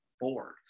board